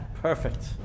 Perfect